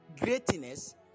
greatness